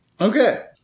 Okay